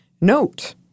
Note